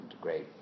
great